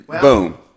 Boom